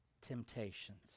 temptations